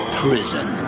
prison